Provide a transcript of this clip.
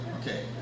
Okay